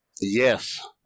Yes